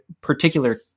particular